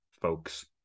folks